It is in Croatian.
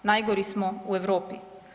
Najgori smo u Europi.